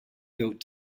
built